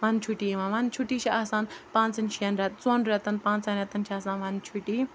وَنٛدٕ چھُٹی یِوان وَنٛدٕ چھُٹی چھِ آسان پانٛژَن شٮ۪ن رےٚ ژۄن رٮ۪تَن پانٛژھَن رٮ۪تَن چھِ آسان وَنٛدٕ چھُٹی